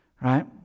Right